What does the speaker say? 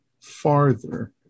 farther